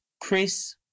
Chris